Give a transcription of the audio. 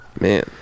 Man